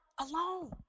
alone